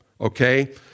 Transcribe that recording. okay